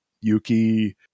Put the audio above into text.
Yuki